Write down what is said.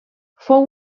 fou